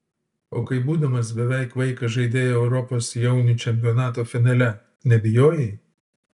o kai būdamas beveik vaikas žaidei europos jaunių čempionato finale nebijojai